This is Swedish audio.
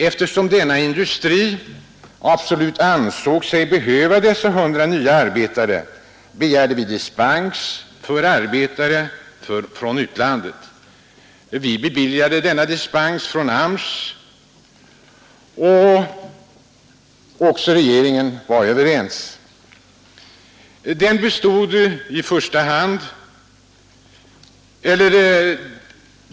Eftersom man inom denna industri absolut ansåg sig behöva dessa 100 nya arbetare, begärdes dispens för import av arbetare från utlandet. Denna dispens tillstyrktes såväl av AMS som av regeringen.